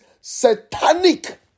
satanic